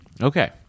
okay